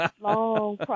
long